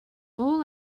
all